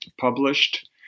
published